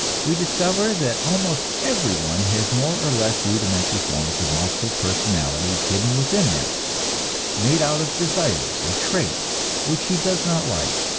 we discover that almost everyone has more or less rudimentary forms of multiple personality hidden within him made out of desires and traits which he does not like,